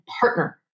partner